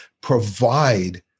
provide